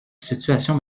situation